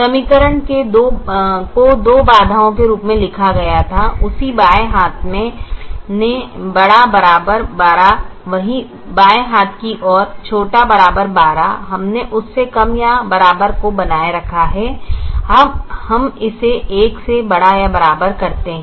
समीकरण को दो बाधाओं के रूप में लिखा गया था उसी बाएं हाथ ने ≥ 12 वही बाएं हाथ की ओर ≤ 12 हमने उससे कम या बराबर को बनाए रखा है हम इसे 1 से बड़ा या बराबर करते हैं